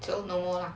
then no more lah